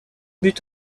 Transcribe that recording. but